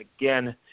again